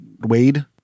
wade